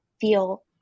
feel